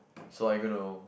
so are you going to